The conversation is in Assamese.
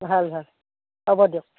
ভাল ভাল হ'ব দিয়ক